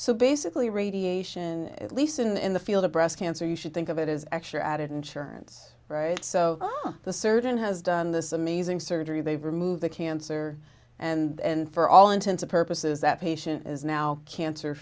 so basically radiation at least in the field of breast cancer you should think of it as actually added insurance right so the surgeon has done this amazing surgery they remove the cancer and for all intensive purposes that patient is now cancer